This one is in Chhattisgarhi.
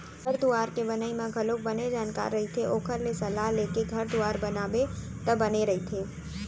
घर दुवार के बनई म घलोक बने जानकार रहिथे ओखर ले सलाह लेके घर दुवार बनाबे त बने रहिथे